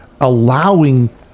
allowing